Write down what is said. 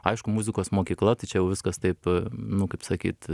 aišku muzikos mokykla tai čia jau viskas taip nu kaip sakyt